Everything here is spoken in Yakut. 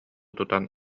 тутан